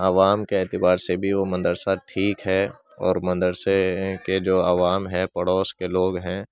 عوام کے اعتبار سے بھی وہ مدرسہ ٹھیک ہے اور مدرسے کے جو عوام ہیں پڑوس کے لوگ ہیں